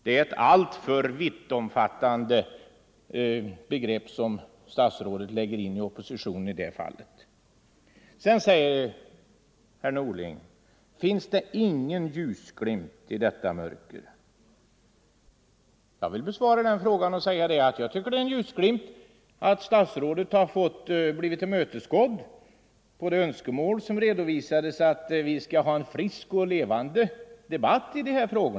Det är i så fall en alltför vittomfattande betydelse statsrådet lägger in i begreppet opposition. Herr Norling frågar sedan om det inte finns någon ljusglimt i detta mörker. Jag vill besvara den frågan med att säga att jag tycker det är en ljusglimt att statsrådets önskemål om en frisk och levande debatt blivit tillmötesgånget.